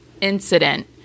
incident